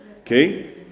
Okay